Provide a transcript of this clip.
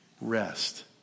rest